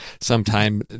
sometime